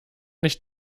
nicht